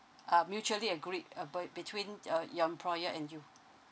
ah mutually agreed uh by between uh your employer and you